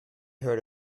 heard